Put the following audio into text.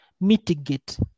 mitigate